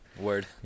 Word